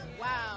wow